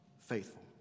faithful